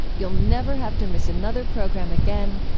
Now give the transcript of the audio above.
you'll never have to miss another program again.